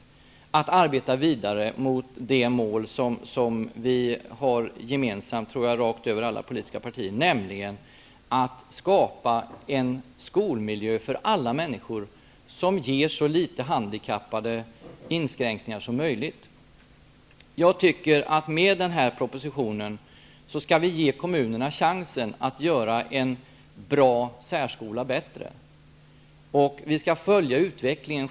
Vi måste arbeta vidare mot det mål som alla politiska partier har gemensamt, nämligen att skapa en skolmiljö för alla människor med så få inskränkningar för de handikappade som möjligt. Med den här propositionen tycker jag att vi skall ge kommunerna chansen att göra en bra särskola bättre. Vi skall följa utvecklingen.